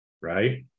right